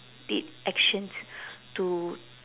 did actions to